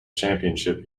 championship